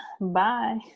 Bye